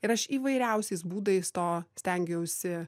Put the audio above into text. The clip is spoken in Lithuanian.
ir aš įvairiausiais būdais to stengiausi